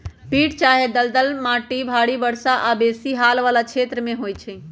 पीट चाहे दलदल माटि भारी वर्षा आऽ बेशी हाल वला क्षेत्रों में होइ छै